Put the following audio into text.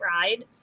ride